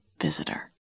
visitor